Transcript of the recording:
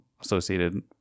associated